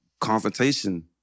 confrontation